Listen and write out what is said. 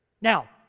Now